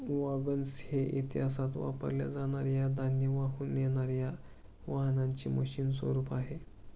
wagons हे इतिहासात वापरल्या जाणार या धान्य वाहून नेणार या वाहनांचे मशीन स्वरूप आहे